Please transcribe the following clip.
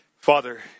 Father